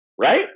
right